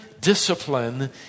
discipline